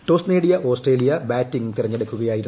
toss നേടിയ Australia batting തെരഞ്ഞെടുക്കുകയായിരുന്നു